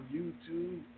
YouTube